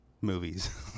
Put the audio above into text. movies